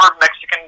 Mexican